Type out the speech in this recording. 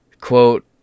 quote